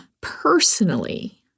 personally